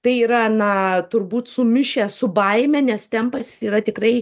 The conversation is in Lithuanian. tai yra na turbūt sumišę su baime nes tempas yra tikrai